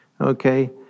okay